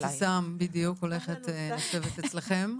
גם אבתיסאם הולכת לשבת אצלכם.